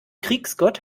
kriegsgott